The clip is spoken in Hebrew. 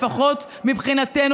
לפחות מבחינתנו,